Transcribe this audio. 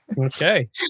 Okay